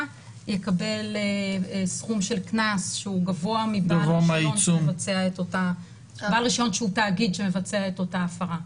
יקבל סכום של קנס שהוא גבוה מבעל רישיון שהוא תאגיד שמבצע את אותה הפרה.